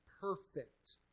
perfect